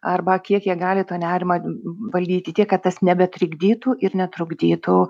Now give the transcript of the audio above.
arba kiek jie gali tą nerimą valdyti tiek kad tas nebetrikdytų ir netrukdytų